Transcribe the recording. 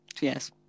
Yes